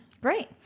Great